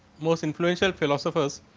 most influential philosophers